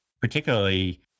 particularly